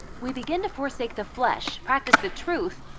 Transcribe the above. we begin to forsake the flesh, practice the truth,